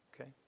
Okay